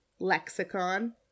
lexicon